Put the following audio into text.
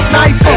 nice